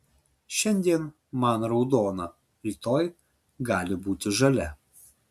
šiandien man raudona rytoj gali būti žalia